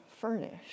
furnished